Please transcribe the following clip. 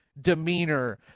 demeanor